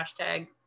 hashtag